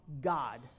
God